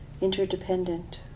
interdependent